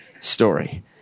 story